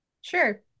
sure